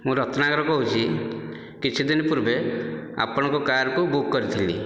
ମୁଁ ରତ୍ନାକର କହୁଛି କିଛି ଦିନ ପୂର୍ବେ ଆପଣଙ୍କ କାର୍କୁ ବୁକ୍ କରିଥିଲି